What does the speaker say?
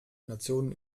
nationen